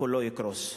כולו יקרוס.